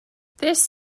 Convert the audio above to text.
this